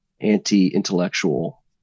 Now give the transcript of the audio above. anti-intellectual